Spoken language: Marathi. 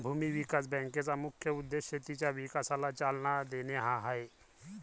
भूमी विकास बँकेचा मुख्य उद्देश शेतीच्या विकासाला चालना देणे हा आहे